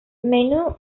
menu